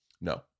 No